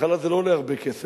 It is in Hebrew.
בהתחלה זה לא עולה הרבה כסף,